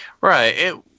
Right